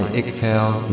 exhale